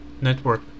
network